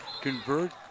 convert